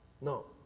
No